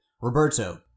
Roberto